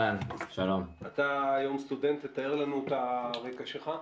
אתה היום סטודנט, תאר לנו את הרקע שלך.